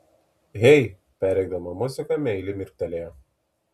hei perrėkdama muziką meiliai mirktelėjo